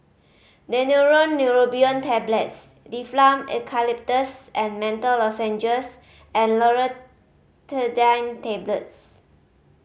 Daneuron Neurobion Tablets Difflam Eucalyptus and Menthol Lozenges and Loratadine Tablets